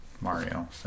Mario